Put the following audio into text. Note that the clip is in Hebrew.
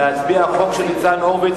הצעת החוק עוברת.